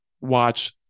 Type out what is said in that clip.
watch